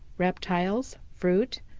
reptiles, fruit,